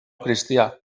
cristià